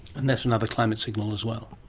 and that's another climate signal as well?